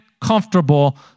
comfortable